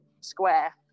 square